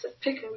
pick